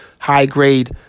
high-grade